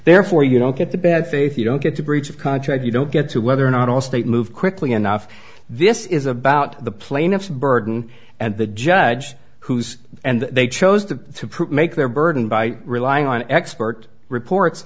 therefore you don't get the bad faith you don't get to breach of contract you don't get to whether or not allstate move quickly enough this is about the plaintiff's burden and the judge who's and they chose to make their burden by relying on expert reports